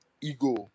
ego